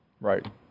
Right